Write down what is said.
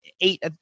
eight